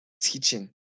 teaching